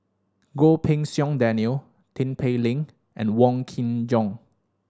Goh Pei Siong Daniel Tin Pei Ling and Wong Kin Jong